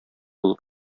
булып